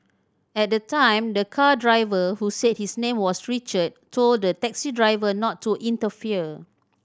at the time the car driver who said his name was Richard told the taxi driver not to interfere